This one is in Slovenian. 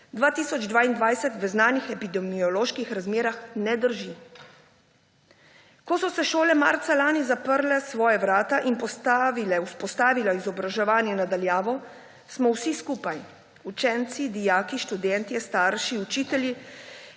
2021/2022 v znanih epidemioloških razmerah ne drži. Ko so šole marca lani zaprle svoja vrata in vzpostavile izobraževanje na daljavo, smo vsi skupaj, učenci, dijaki, študentje, starši, učitelji